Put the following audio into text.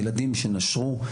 ילדים שנשרו,